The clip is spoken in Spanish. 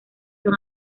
son